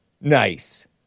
Nice